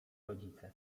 rodzice